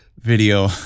video